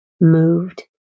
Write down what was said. moved